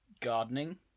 gardening